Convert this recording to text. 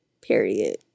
Period